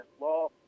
law